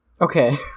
Okay